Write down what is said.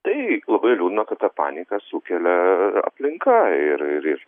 tai labai liūdna kad tą paniką sukelia aplinka ir ir ir